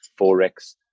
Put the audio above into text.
forex